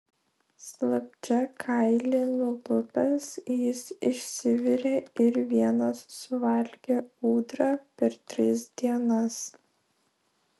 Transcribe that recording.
slapčia kailį nulupęs jis išsivirė ir vienas suvalgė ūdrą per tris dienas